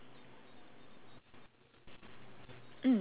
mm